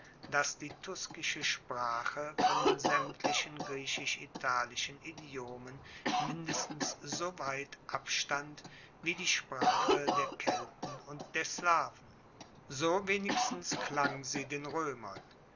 dass die tuskische sprache von den saemtlichen griechisch italischen idiomen mindestens so weit abstand wie die sprache der kelten und der slaven so wenigstens klang sie den roemern